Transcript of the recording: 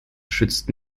schützt